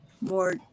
more